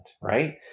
right